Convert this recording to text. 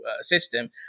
system